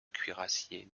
cuirassiers